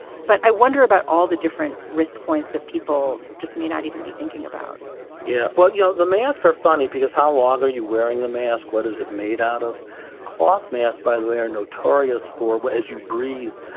but i wonder about all the different risk points that people just may not even be thinking about yeah, well, you know, the mask are funny because how long are you wearing the mask? what is it made out of cloth mask. by the way, are notorious for what? as you breathe,